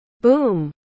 Boom